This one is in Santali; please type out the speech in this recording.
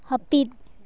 ᱦᱟᱹᱯᱤᱫ